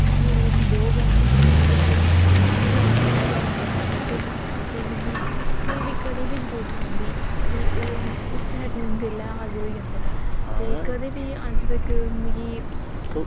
मेरे दो गै न जेह्ड़े कि ओह् मिकी जान कोला बी जैदा प्यार करदे न ते मिकी कोई बी कदें बी जरूरत पौंदी ते ओह् उस्सै बेल्लै हाजिर होई जंदे न ते कदें बी अज्ज तक मिकी